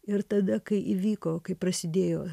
ir tada kai įvyko kai prasidėjo